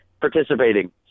participating